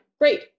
great